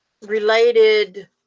related